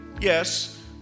yes